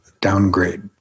downgrade